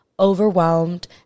overwhelmed